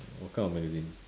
what kind of magazine